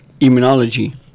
immunology